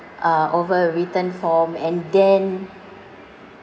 uh over written form and then